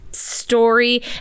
Story